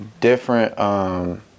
different